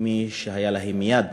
מי שהייתה להם יד